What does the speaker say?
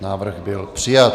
Návrh byl přijat.